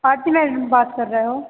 आरती madam बात कर रहे हो